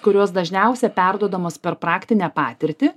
kurios dažniausiai perduodamos per praktinę patirtį